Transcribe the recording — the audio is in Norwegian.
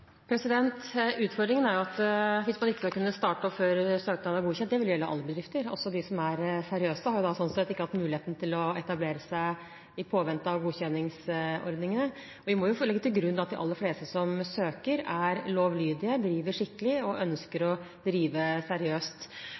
Utfordringen er at hvis man ikke skal kunne starte opp før søknaden er godkjent, vil det gjelde alle bedrifter, også de seriøse, som da ikke ville hatt mulighet til å etablere seg, i påvente av godkjenning. Vi må jo legge til grunn at de aller fleste som søker, er lovlydige, driver skikkelig og ønsker å drive seriøst.